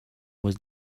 was